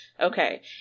Okay